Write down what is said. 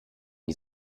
die